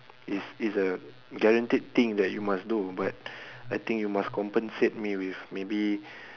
is is a guaranteed thing that you must do but I think you must compensate me with maybe